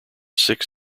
six